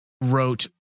wrote